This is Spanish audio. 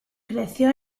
creció